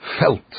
felt